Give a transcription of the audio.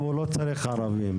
הוא לא צריך ערבים,